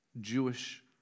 Jewish